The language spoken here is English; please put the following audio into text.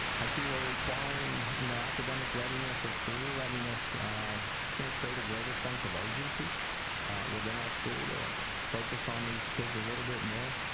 i see we're requiring you know academic readiness or career readiness it's going to create a greater sense of urgency within our school to focus on these kids a little bit more